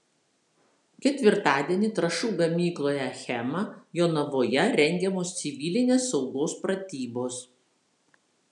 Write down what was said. ketvirtadienį trąšų gamykloje achema jonavoje rengiamos civilinės saugos pratybos